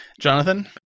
Jonathan